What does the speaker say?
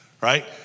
right